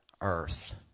earth